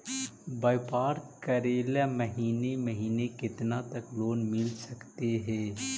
व्यापार करेल महिने महिने केतना तक लोन मिल सकले हे?